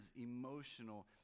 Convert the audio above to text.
emotional